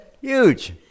huge